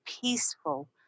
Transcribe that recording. peaceful